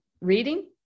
reading